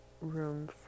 room